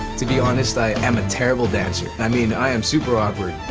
to be honest, i am a terrible dancer. i mean, i am super awkward,